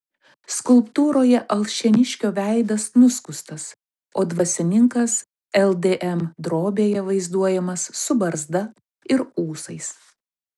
skulptūroje alšėniškio veidas nuskustas o dvasininkas ldm drobėje vaizduojamas su barzda ir ūsais